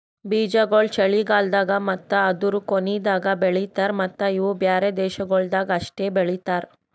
ಬೀಜಾಗೋಳ್ ಚಳಿಗಾಲ್ದಾಗ್ ಮತ್ತ ಅದೂರು ಕೊನಿದಾಗ್ ಬೆಳಿತಾರ್ ಮತ್ತ ಇವು ಬ್ಯಾರೆ ದೇಶಗೊಳ್ದಾಗ್ ಅಷ್ಟೆ ಬೆಳಿತಾರ್